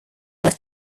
left